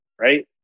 right